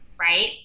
right